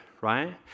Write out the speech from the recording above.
right